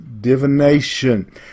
divination